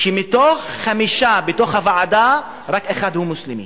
מתוך חמישה בוועדה רק אחד הוא מוסלמי,